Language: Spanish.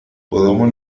podemos